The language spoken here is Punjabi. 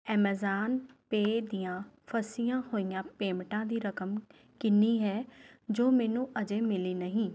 ਐਮਾਜ਼ਾਨ ਪੇ ਦੀਆਂ ਫਸੀਆਂ ਹੋਈਆਂ ਪੇਮਟਾਂ ਦੀ ਰਕਮ ਕਿੰਨੀ ਹੈ ਜੋ ਮੈਨੂੰ ਅਜੇ ਮਿਲੀ ਨਹੀਂ